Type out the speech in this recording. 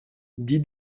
dix